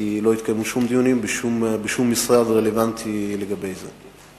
כי לא התקיימו שום דיונים בשום משרד רלוונטי לגבי זה.